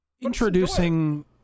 Introducing